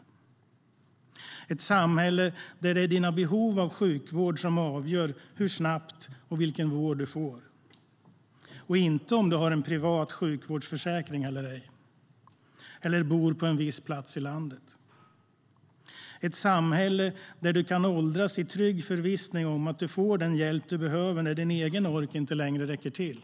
Det är ett samhälle där det är dina behov av sjukvård som avgör hur snabbt du får vård och vilken vård du får och inte om du har en privat sjukvårdsförsäkring eller ej eller bor på en viss plats i landet. Det är ett samhälle där du kan åldras i trygg förvissning om att du får den hjälp du behöver när din egen ork inte längre räcker till.